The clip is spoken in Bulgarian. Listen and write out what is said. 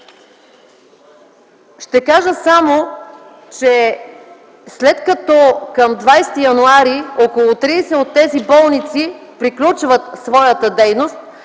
Ще кажа само, че, след като към 20 януари т.г. около 30 от тези болници приключват своята дейност,